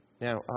Now